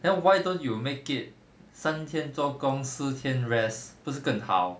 then why don't you make it 三天做工四天 rest 不是更好